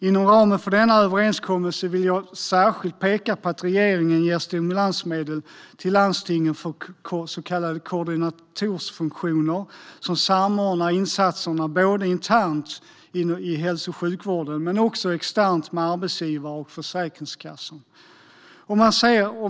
Inom ramen för denna överenskommelse vill jag särskilt peka på att regeringen ger stimulansmedel till landstingen för så kallade koordinatorsfunktioner som samordnar insatserna både internt i hälso och sjukvården och externt med arbetsgivare och Försäkringskassan.